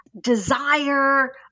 desire